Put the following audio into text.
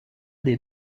des